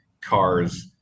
cars